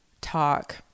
talk